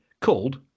called